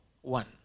one